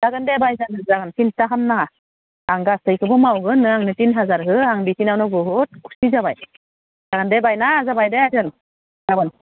जागोन दे बाय जागोन जागोन सिन्था खामनाङा आं गासैखोबो मावगोन नों आंनो तिन हाजार हो आं बिखिनियावनो बहुद खुसि जाबाय जागोन दे बाय ना जाबाय दे